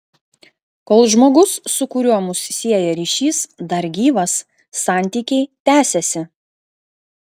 kol žmogus su kuriuo mus sieja ryšys dar gyvas santykiai tęsiasi